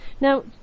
Now